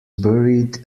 buried